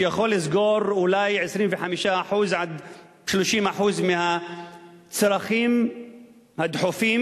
מה שיכול לסגור אולי 25% 30% מהצרכים הדחופים